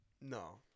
no